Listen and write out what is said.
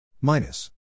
minus